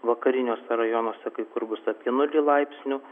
vakariniuose rajonuose kai kur bus apie nulį laipsnių